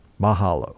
Mahalo